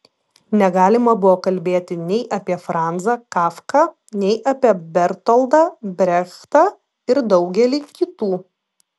negalima buvo kalbėti nei apie franzą kafką nei apie bertoldą brechtą ir daugelį kitų